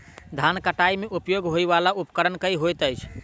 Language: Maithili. धान कटाई मे उपयोग होयवला उपकरण केँ होइत अछि?